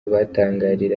batangarira